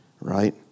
right